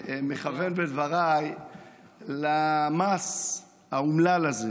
מכוון בדבריי למס האומלל הזה